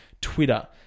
Twitter